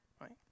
Right